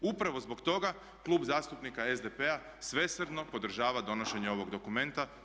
Upravo zbog toga Klub zastupnika SDP-a svesrdno podržava donošenje ovog dokumenta.